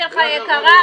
זה המסעדה שלך יקרה,